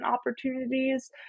opportunities